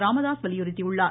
ராமதாஸ் வலியுறுத்தியுள்ளார்